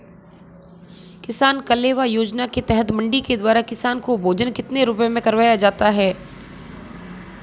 किसान कलेवा योजना के तहत मंडी के द्वारा किसान को भोजन कितने रुपए में करवाया जाता है?